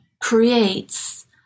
creates